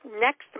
next